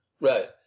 Right